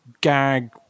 gag